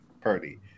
Purdy